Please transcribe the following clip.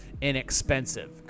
inexpensive